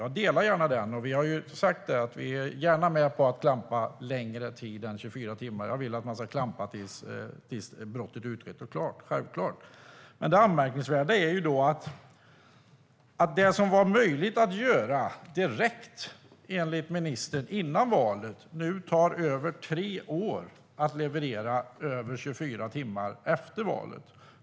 Jag delar den åsikten. Vi har sagt att vi gärna är med på att klampa längre tid än 24 timmar. Jag vill att man ska klampa tills brottet är utrett och klart. Men det anmärkningsvärda är att det som då, före valet, enligt ministern var möjligt att göra direkt nu tar över tre år att leverera.